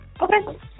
Okay